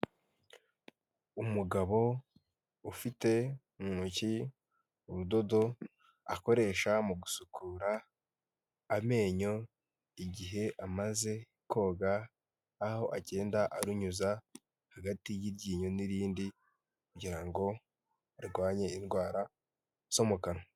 Umugabo ufite mu ntoki urudodo akoresha mu gusukura amenyo, igihe amaze koga aho agenda arunyuza hagati y'iryinyo n'irindi kugira ngo arwanye indwara zo mu kanwa.